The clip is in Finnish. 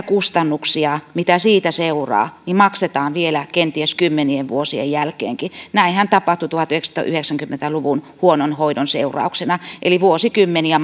kustannuksia mitä siitä seuraa maksetaan vielä kenties kymmenien vuosien jälkeenkin näinhän tapahtui tuhatyhdeksänsataayhdeksänkymmentä luvun huonon hoidon seurauksena eli vuosikymmeniä